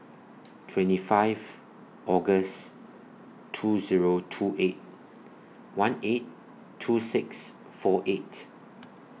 twenty five August two Zero two eight one eight two six four eight